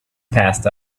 passed